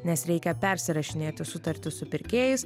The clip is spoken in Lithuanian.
nes reikia persirašinėti sutartis su pirkėjais